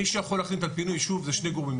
מי שיכול להחליט על פינוי ישוב זה שני גורמים.